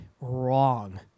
wrong